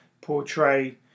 portray